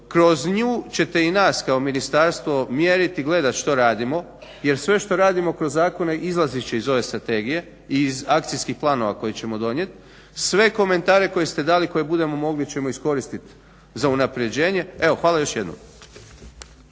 kroz nju ćete i nas kao ministarstvo mjerit i gledat što radimo jer sve što radimo kroz zakone izlazit će iz ove strategije i iz akcijskih planova koje ćemo donijet. Sve komentare koje ste dali, koje budemo mogli ćemo iskoristit za unapređenje. Evo hvala još jednom.